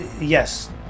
yes